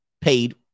paid